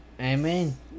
Amen